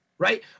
right